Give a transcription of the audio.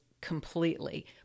completely